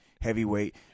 Heavyweight